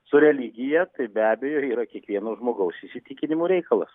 su religija tai be abejo ir yra kiekvieno žmogaus įsitikinimų reikalas